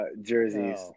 jerseys